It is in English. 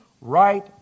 Right